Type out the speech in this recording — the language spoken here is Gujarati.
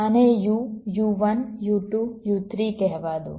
આને u u1 u2 u3 કહેવા દો